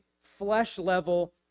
flesh-level